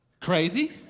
Crazy